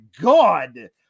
God